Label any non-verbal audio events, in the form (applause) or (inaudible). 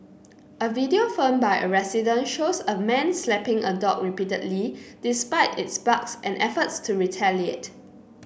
(noise) a video filmed by a resident shows a man slapping a dog repeatedly despite its barks and efforts to retaliate